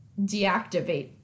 deactivate